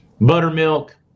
buttermilk